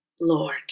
Lord